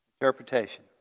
Interpretation